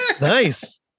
Nice